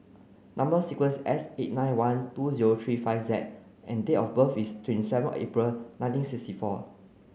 number sequence S eight nine one two zero three five Z and date of birth is twenty seven April nineteen sixty four